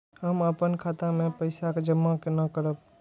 हम अपन खाता मे पैसा जमा केना करब?